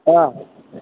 অঁ